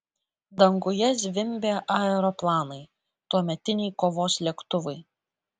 danguje zvimbė aeroplanai tuometiniai kovos lėktuvai